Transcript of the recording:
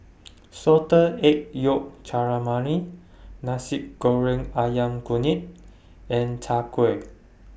Salted Egg Yolk Calamari Nasi Goreng Ayam Kunyit and Chai Kuih